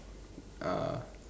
uh